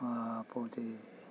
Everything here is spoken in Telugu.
పోతే